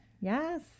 Yes